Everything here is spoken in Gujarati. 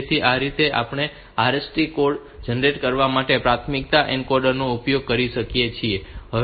તેથી આ રીતે આપણે RST કોડ જનરેટ કરવા માટે આ પ્રાથમિકતા એન્કોડર નો ઉપયોગ કરી શકીએ છીએ